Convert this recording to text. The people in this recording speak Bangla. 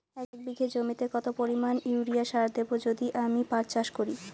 এক বিঘা জমিতে কত পরিমান ইউরিয়া সার দেব যদি আমি পাট চাষ করি?